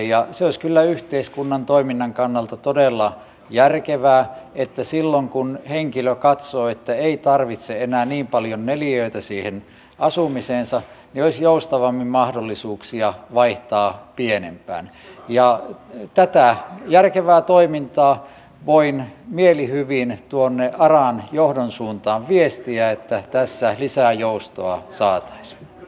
se olisi kyllä yhteiskunnan toiminnan kannalta todella järkevää että silloin kun henkilö katsoo että ei tarvitse enää niin paljon neliöitä siihen asumiseensa olisi joustavammin mahdollisuuksia vaihtaa pienempään ja tätä järkevää toimintaa voin mielihyvin tuonne aran johdon suuntaan viestiä että tässä lisää joustoa saataisiin